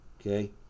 Okay